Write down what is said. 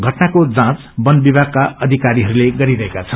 घटनाको जाँच वन विभागका अधिकारीहरूले गरिरहेका छन्